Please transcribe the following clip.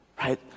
Right